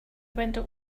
window